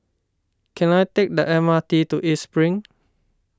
can I take the M R T to East Spring